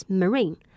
marine